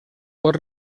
pot